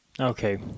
Okay